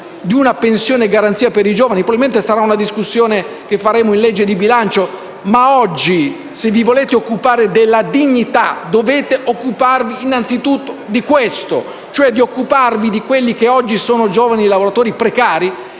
di una pensione di garanzia per i giovani? Probabilmente faremo questa discussione in sede di esame del disegno di legge di bilancio, ma oggi, se vi volete occupare della dignità, dovete occuparvi innanzi tutto di questo, cioè di quelli che oggi sono giovani lavoratori precari